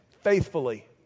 faithfully